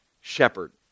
shepherd